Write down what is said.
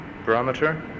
Barometer